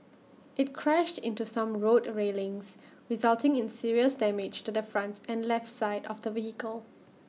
IT crashed into some road railings resulting in serious damage to the front and left side of the vehicle